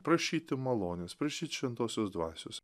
prašyti malonės prašyt šventosios dvasios